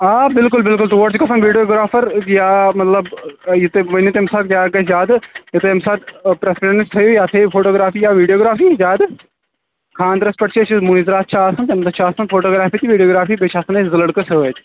آ بِلکُل بِلکُل توٗر چھُ گژھان ویٖڈیوگرٛافر یا مطلب یہِ تُہۍ ؤنِو تَمہِ ساتہٕ کیٛاہ گژھِ زیادٕ تَمہِ ساتہٕ پرٛیفرینِس تھٲوِِو فوٹوٗگرٛافی یا ویٖڈیوگرٛافی زیادٕ خاٛندٕرس پیٚٹھ چھِ أسۍ مٲنٛز راتھ چھِ آسان تَمہِ دۅہ چھِ آسان فوٹوٗگرٛافی تہٕ ویٖڈیوٗگرٛافی بیٚیہِ چھِ آسان اسہِ زٕ لڑکہٕ سٍتۍ